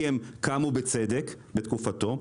כי הם קמו בצדק בתקופתו,